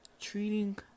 treating